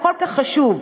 הכל-כך חשוב,